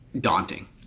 daunting